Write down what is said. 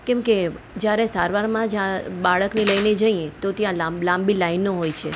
કેમ કે જ્યારે સારવારમાં જ બાળકને લઈને જઈએ તો ત્યાં લાંબી લાંબી લાઈનો હોય છે